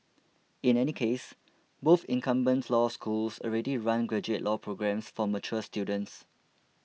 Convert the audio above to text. in any case both incumbent law schools already run graduate law programmes for mature students